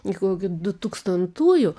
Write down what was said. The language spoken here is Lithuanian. iki kokių dutūkstantųjų